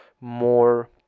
more